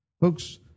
Folks